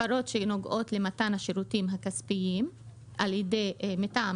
הפרות שנוגעות למתן השירותים הכספיים על-ידי מטעם